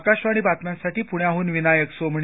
आकाशवाणी बातम्यांसाठी पूण्याहून विनायक सोमणी